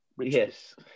Yes